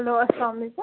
hello اسلام علیکُم